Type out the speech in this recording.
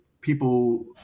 people